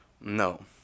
No